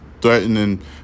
threatening